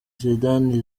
zidane